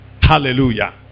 Hallelujah